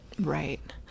right